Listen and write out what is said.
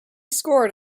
scored